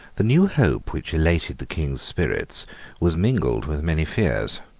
the new hope which elated the king's spirits was mingled with many fears.